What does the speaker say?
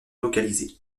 localisée